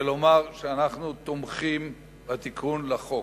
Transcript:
ולומר שאנחנו תומכים בתיקון לחוק.